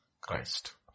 Christ